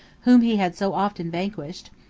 whom he had so often vanquished,